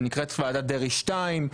שנקראת ועדת דרעי 2,